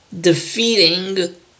Defeating